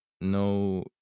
No